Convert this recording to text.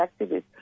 activists